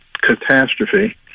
catastrophe